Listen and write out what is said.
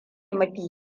mafi